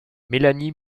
mélanie